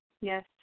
Yes